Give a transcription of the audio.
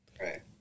Right